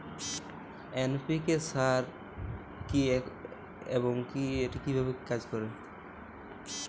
NPK সার কি এবং এটি কিভাবে কাজ করে?